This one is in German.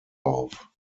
auf